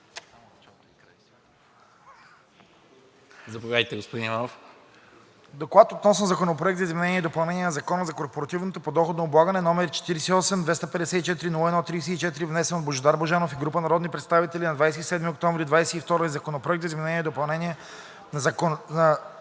Заповядайте, господин Иванов.